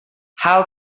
how